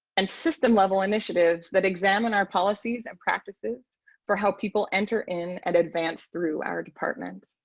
and system level initiatives that examine our policies and practices for how people enter in and advance through our department.